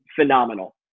phenomenal